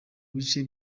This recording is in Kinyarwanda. bice